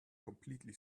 completely